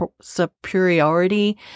superiority